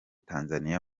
tanzania